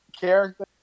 character